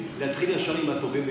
להתחיל ישר עם הטובים ביותר.